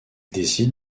décide